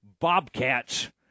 Bobcats